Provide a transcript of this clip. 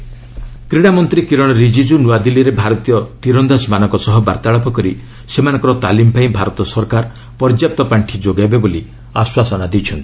minister archers କ୍ରୀଡ଼ାମନ୍ତ୍ରୀ କିରଣ ରିଜିକୁ ନୂଆଦିଲ୍ଲୀରେ ଭାରତୀୟ ତୀରନ୍ଦାଜ୍ମାନଙ୍କ ସହ ବାର୍ତ୍ତାଳାପ କରି ସେମାନଙ୍କର ତାଲିମ୍ ପାଇଁ ଭାରତ ସରକାର ପର୍ଯ୍ୟାପ୍ତ ପାର୍ଷି ଯୋଗାଇବେ ବୋଲି ଆସ୍ୱାସନା ଦେଇଛନ୍ତି